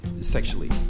sexually